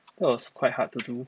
that was quite hard to do